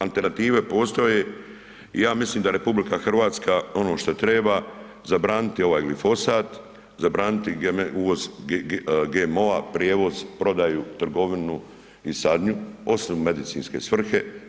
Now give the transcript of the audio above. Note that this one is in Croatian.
Alternative postoje i ja mislim da RH ono što treba, zabraniti ovaj glifosat, zabraniti uvoz GMO-a, prijevoz, prodaju, trgovinu i sadnju, osim u medicinske svrhe.